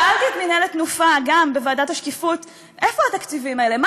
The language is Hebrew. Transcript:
שאלתי את מינהלת "תנופה" גם בוועדת השקיפות איפה התקציבים האלה,